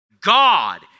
God